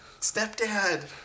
Stepdad